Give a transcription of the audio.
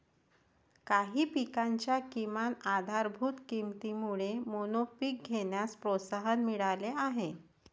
काही पिकांच्या किमान आधारभूत किमतीमुळे मोनोपीक घेण्यास प्रोत्साहन मिळाले आहे